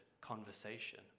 conversation